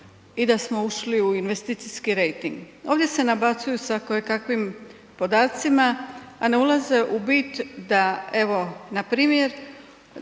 i da smo ušli u investicijski rejting. Ovdje se nabacuju sa kojekakvim podacima, a ne ulaze u bit da evo npr.